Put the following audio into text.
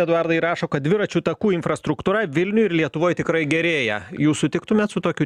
eduardai rašo kad dviračių takų infrastruktūra vilniuj ir lietuvoj tikrai gerėja jūs sutiktumėt su tokiu